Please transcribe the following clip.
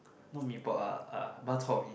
not Mee-Pok uh uh bak-chor-mee